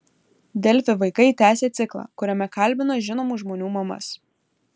delfi vaikai tęsia ciklą kuriame kalbina žinomų žmonių mamas